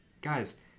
guys